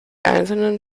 einzelnen